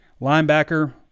linebacker